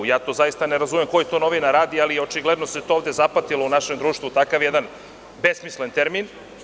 Zaista ne razumem koji novinar to radi, ali očigledno se to ovde zapatilo u našem društvu, takav jedan besmislen termin.